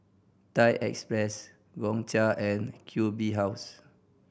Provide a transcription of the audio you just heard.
Thai Express Gongcha and Q B House